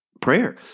prayer